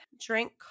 drink